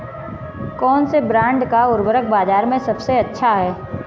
कौनसे ब्रांड का उर्वरक बाज़ार में सबसे अच्छा हैं?